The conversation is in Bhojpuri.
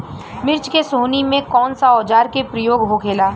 मिर्च के सोहनी में कौन सा औजार के प्रयोग होखेला?